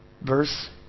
verse